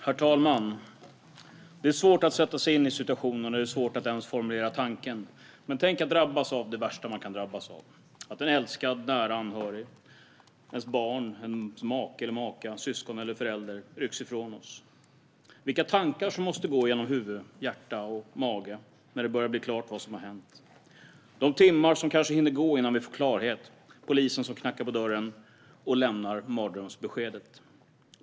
Herr talman! Det är svårt att sätta sig in i situationen, svårt att ens formulera tanken, men tänk er att drabbas av det värsta man kan drabbas av: att en älskad nära anhörig - ens barn, make eller maka, syskon eller förälder - rycks ifrån en. Tänk vilka tankar som måste gå genom huvudet och hur det måste kännas i hjärtat och magen när det börjar bli klart vad som har hänt. Tänk på de timmar som kanske hinner gå innan man får klarhet och när polisen knackar på dörren och lämnar mardrömsbeskedet.